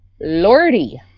Lordy